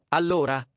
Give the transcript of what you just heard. allora